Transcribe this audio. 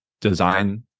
design